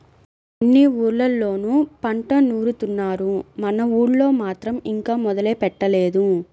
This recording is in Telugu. అన్ని ఊర్లళ్ళోనూ పంట నూరుత్తున్నారు, మన ఊళ్ళో మాత్రం ఇంకా మొదలే పెట్టలేదు